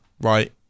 Right